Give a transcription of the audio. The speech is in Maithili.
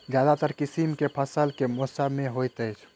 ज्यादातर किसिम केँ फसल केँ मौसम मे होइत अछि?